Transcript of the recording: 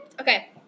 Okay